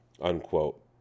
unquote